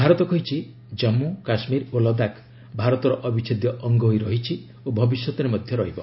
ଭାରତ କହିଛି ଜାମ୍ଗୁ କାଶ୍ମୀର ଓ ଲଦାଖ ଭାରତର ଅବିଚ୍ଛେଦ୍ୟ ଅଙ୍ଗ ହୋଇ ରହିଛି ଓ ଭବିଷ୍ୟତରେ ମଧ୍ୟ ରହିବ